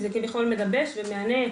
וזה כביכול מגבש ומהנה,